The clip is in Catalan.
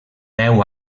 deu